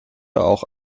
auch